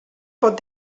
pot